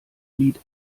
lied